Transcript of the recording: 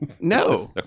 No